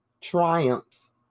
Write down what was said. triumphs